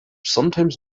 sometimes